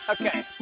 Okay